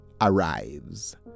arrives